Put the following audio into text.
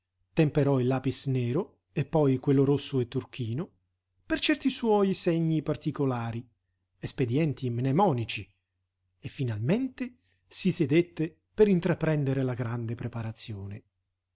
temperò il lapis nero e poi quello rosso e turchino per certi suoi segni particolari espedienti mnemonici e finalmente si sedette per intraprendere la grande preparazione